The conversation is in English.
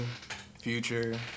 Future